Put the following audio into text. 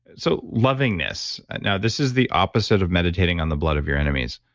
so loving this. now, this is the opposite of meditating on the blood of your enemies